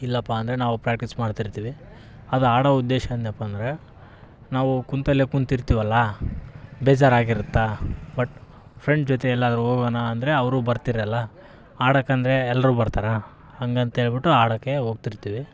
ಇಲ್ಲಪ್ಪ ಅಂದರೆ ನಾವು ಪ್ರಾಕ್ಟೀಸ್ ಮಾಡ್ತಿರ್ತಿವಿ ಅದು ಆಡೋ ಉದ್ದೇಶ ಏನಪ್ಪ ಅಂದರೆ ನಾವು ಕುಂತಲ್ಲೇ ಕುಂತಿರ್ತೀವಲ್ಲ ಬೇಜಾರು ಆಗಿರತ್ತೆ ಬಟ್ ಫ್ರೆಂಡ್ ಜೊತೆ ಎಲ್ಲಾದ್ರು ಹೋಗೋಣ ಅಂದರೆ ಅವರು ಬರ್ತಿರಲ್ಲ ಆಡಕ್ಕೆ ಅಂದರೆ ಎಲ್ಲರೂ ಬರ್ತಾರೆ ಹಾಗಂತೇಳ್ಬಿಟ್ಟು ಆಡಕ್ಕೆ ಹೋಗ್ತಿರ್ತೀವಿ